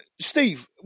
Steve